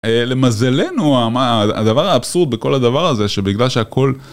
למזלנו, אה... מה... הדבר האבסורד בכל הדבר הזה, שבגלל שהכול...